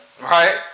Right